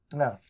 no